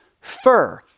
fur